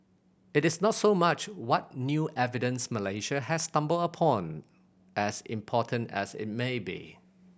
it is not so much what new evidence Malaysia has stumbled upon as important as it may be